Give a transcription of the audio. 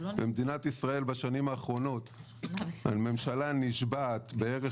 במדינת ישראל בשנים האחרונות ממשלה נשבעת בערך